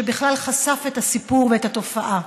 שבכלל חשף את הסיפור ואת התופעה.